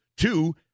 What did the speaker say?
Two